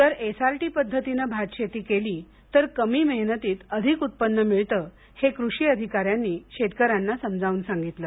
जर एसआरटी पद्धतीनं भातशेती केली तर कमी मेहनतीत अधिक उत्पन्न मिळतं हे कृषी अधिकाऱ्यांनी शेतकऱ्यांना समजावून सांगितलं